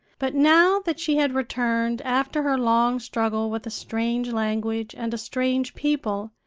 but now that she had returned after her long struggle with a strange language and a strange people,